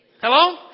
Hello